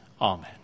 amen